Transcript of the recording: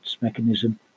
mechanism